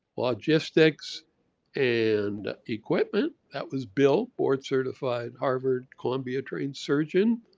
logistics and equipment. that was bill, board certified harvard columbia trained surgeon,